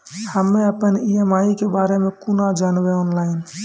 हम्मे अपन ई.एम.आई के बारे मे कूना जानबै, ऑनलाइन?